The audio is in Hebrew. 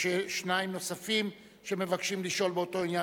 שניים נוספים שמבקשים לשאול באותו עניין